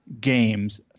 games